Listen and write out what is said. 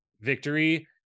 victory